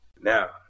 now